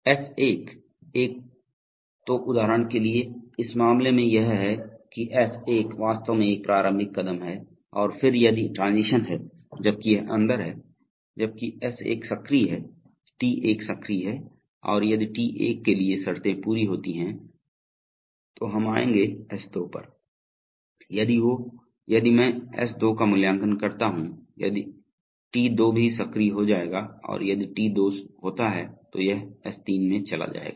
S1 एक तो उदाहरण के लिए इस मामले में यह है कि S1 वास्तव में एक प्रारंभिक कदम है और फिर यदि ट्रांजीशन है जबकि यह अंदर है जबकि S1 सक्रिय है T1 सक्रिय है और यदि T1 के लिए शर्तें पूरी होती हैं तो हम आएंगे S2 पर यदि वे यदि मैं S2 का मूल्यांकन करता हूं यदि T2 भी सक्रिय हो जाएगा और यदि T2 होता है तो यह S3 में चला जाएगा